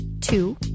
Two